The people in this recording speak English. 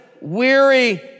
weary